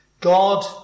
God